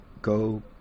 Go